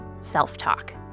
self-talk